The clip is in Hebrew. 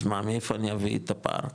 אז מה, מאיפה אני אביא את הפער?